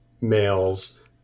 males